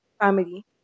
family